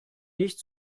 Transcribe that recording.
nicht